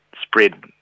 spread